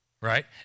right